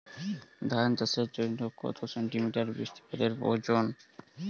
ধান চাষের জন্য কত সেন্টিমিটার বৃষ্টিপাতের প্রয়োজন?